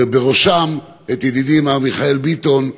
ובראשם את ידידי מר מיכאל ביטון,